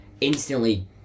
instantly